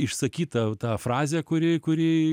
išsakyta ta frazė kuri kuri